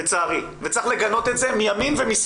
לצערי כולם חוטפים וצריך לגנות את זה מימין ומשמאל,